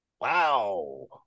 Wow